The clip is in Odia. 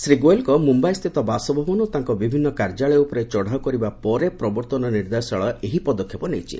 ଶ୍ରୀ ଗୋଏଲଙ୍କ ମୁମ୍ୟାଇସ୍ଥିତ ବାସଭବନ ଓ ତାଙ୍କ ବିଭିନ୍ନ କାର୍ଯ୍ୟାଳୟ ଉପରେ ଚଢ଼ଉ କରିବା ପରେ ପ୍ରବର୍ତ୍ତନ ନିର୍ଦ୍ଦେଶାଳୟ ଏହି ପଦକ୍ଷେପ ନେଇଛି